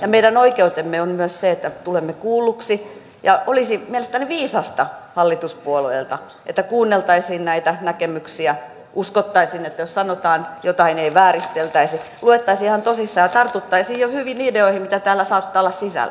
ja meidän oikeutemme on myös se että tulemme kuulluksi ja olisi mielestäni viisasta hallituspuolueelta että kuunneltaisiin näitä näkemyksiä uskottaisiin että jos sanotaan jotain ei vääristeltäisi luettaisiin ihan tosissaan ja tartuttaisiin jo hyviin ideoihin mitä täällä saattaa olla sisällä